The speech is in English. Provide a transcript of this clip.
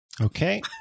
Okay